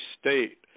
state